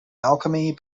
alchemy